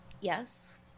Yes